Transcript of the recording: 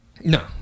No